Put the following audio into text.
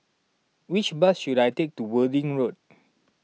which bus should I take to Worthing Road